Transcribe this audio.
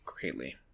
greatly